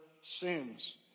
sins